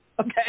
Okay